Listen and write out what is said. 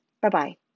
Bye-bye